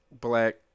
black